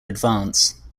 advance